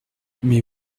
mais